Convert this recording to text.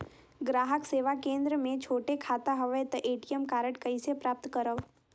ग्राहक सेवा केंद्र मे छोटे खाता हवय त ए.टी.एम कारड कइसे प्राप्त करव?